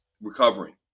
recovering